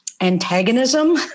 antagonism